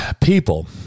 People